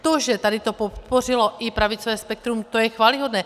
To, že tady to podpořilo i pravicové spektrum, to je chvályhodné.